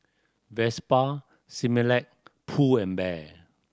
Vespa Similac Pull and Bear